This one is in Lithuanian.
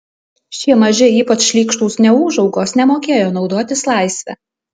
šie maži ypač šlykštūs neūžaugos nemokėjo naudotis laisve